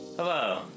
Hello